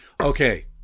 Okay